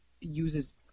uses –